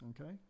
Okay